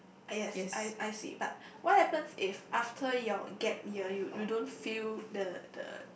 yes I I see but what happen if after your gap yar you don't feel the the